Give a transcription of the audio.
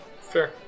fair